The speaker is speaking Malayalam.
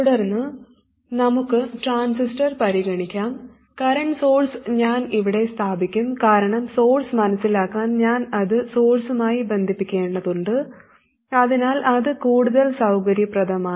തുടർന്ന് നമുക്ക് ട്രാൻസിസ്റ്റർ പരിഗണിക്കാം കറന്റ് സോഴ്സ് ഞാൻ ഇവിടെ സ്ഥാപിക്കും കാരണം സോഴ്സ് മനസിലാക്കാൻ ഞാൻ അത് സോഴ്സുമായി ബന്ധിപ്പിക്കേണ്ടതുണ്ട് അതിനാൽ അത് കൂടുതൽ സൌകര്യപ്രദമാണ്